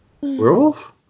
Werewolf